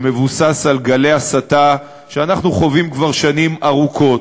שמבוסס על גלי הסתה שאנחנו חווים כבר שנים ארוכות.